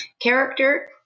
Character